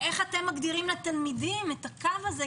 איך אתם מגדירים לתלמידים את הקו הזה,